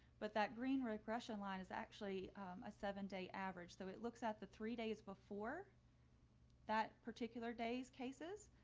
but that green regression line is actually a seven day average. so it looks at the three days before that particular day's cases,